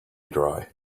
dry